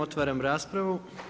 Otvaram raspravu.